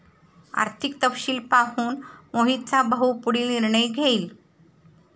आर्थिक तपशील पाहून मोहितचा भाऊ पुढील निर्णय घेईल